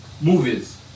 movies